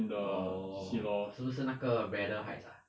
orh 是不是那个 braddell heights ah